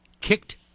kicked